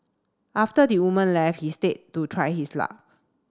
after the woman left he stayed to try his luck